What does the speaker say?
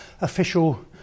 official